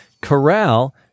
corral